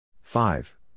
Five